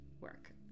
work